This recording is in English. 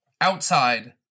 outside